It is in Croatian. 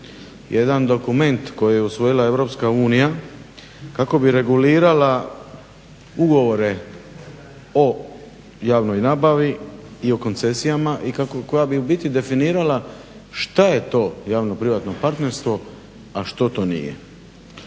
jedan dokument koji je usvojila Europska unija, kako bi regulirala ugovore o javnoj nabavi i o koncesijama, i koja bi ubiti definirala šta je to javno-privatno partnerstvo, a što to nije.